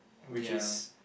ya